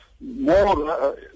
more